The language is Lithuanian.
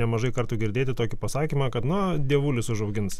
nemažai kartų girdėti tokį pasakymą kad na dievulis užaugins